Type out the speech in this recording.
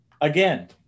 again